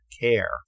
care